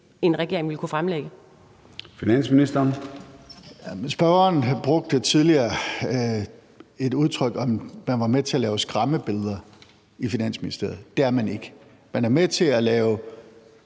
Finansministeren (Nicolai Wammen): Spørgeren brugte tidligere udtrykket, at man var med til at lave skræmmebilleder i Finansministeriet. Det er man ikke. Man er med til at lave